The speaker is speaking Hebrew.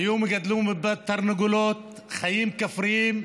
היו מגדלים בו תרנגולות, חיים כפריים.